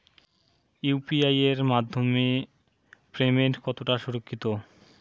UPI এর মাধ্যমে payment কতটা সুরক্ষিত?